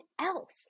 else